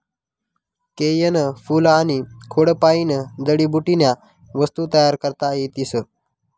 केयनं फूल आनी खोडपायीन जडीबुटीन्या वस्तू तयार करता येतीस